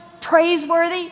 praiseworthy